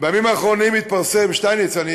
בימים האחרונים התפרסם, שטייניץ, אני